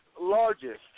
largest